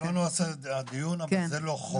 זה לא נושא הדיון, אבל זה לא חוק.